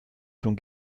schon